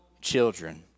children